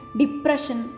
depression